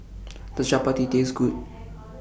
Does Chapati Taste Good